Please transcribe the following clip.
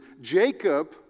Jacob